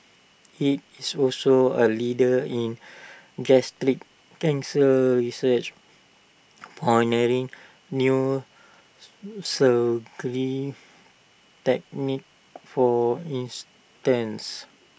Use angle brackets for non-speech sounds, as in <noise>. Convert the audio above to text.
IT is also A leader in <unintelligible> cancer research <unintelligible> new so cleave techniques for instance